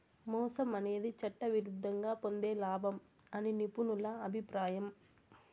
మోసం అనేది చట్టవిరుద్ధంగా పొందే లాభం అని నిపుణుల అభిప్రాయం